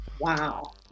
Wow